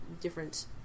different